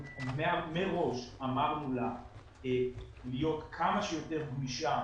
מראש אמרנו לה להיות כמה שיותר גמישה